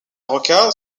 roca